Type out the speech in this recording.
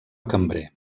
cambrer